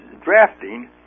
drafting